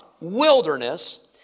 wilderness